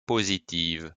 positive